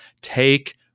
Take